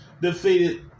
defeated